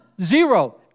zero